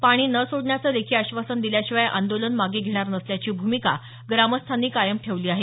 पाणी न सोडण्याचं लेखी आश्वासन दिल्याशिवाय आंदोलन मागे घेणार नसल्याची भूमिका ग्रामस्थांनी कायम ठेवली आहे